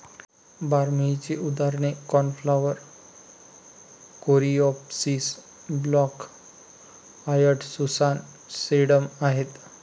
बारमाहीची उदाहरणे cornflower, coreopsis, black eyed Susan, sedum आहेत